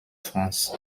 france